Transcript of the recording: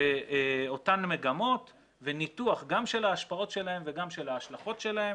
לאותן מגמות וניתוח גם של ההשפעות שלהן וגם של ההשלכות שלהן.